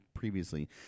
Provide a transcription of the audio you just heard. previously